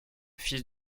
fils